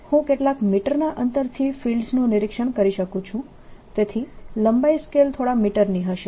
હું કેટલાક મીટરના અંતરથી ફિલ્ડ્સનું નિરીક્ષણ કરી શકું છું તેથી લંબાઈ સ્કેલ થોડા મીટરની હશે